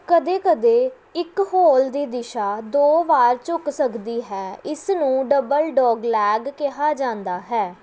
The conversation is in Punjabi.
ਕਦੇ ਕਦੇ ਇੱਕ ਹੋਲ ਦੀ ਦਿਸ਼ਾ ਦੋ ਵਾਰ ਝੁਕ ਸਕਦੀ ਹੈ ਇਸ ਨੂੰ ਡਬਲ ਡੌਗਲੈਗ ਕਿਹਾ ਜਾਂਦਾ ਹੈ